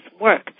work